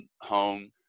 home